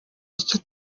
gice